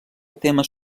temes